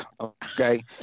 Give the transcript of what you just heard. okay